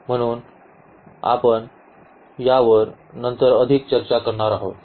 म्हणून आपण यावर नंतर अधिक चर्चा करणार आहोत